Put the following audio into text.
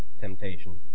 temptation